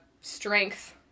strength